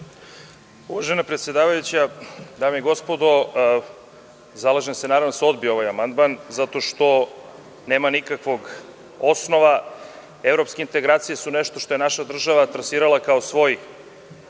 Uvažena predsedavajuća, dame i gospodo, zalažem se naravno da se odbije ovaj amandman, zato što nema nikakvog osnova. Evropske integracije su nešto što je naša država trasirala kao svoj